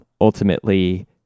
ultimately